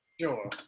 Sure